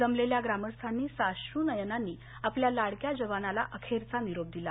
जमलेल्या ग्रामस्थांनी साश्रू नयनांनी आपल्या लाडक्या जवानाला अखेरचा निरोप दिला